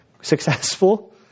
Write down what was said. successful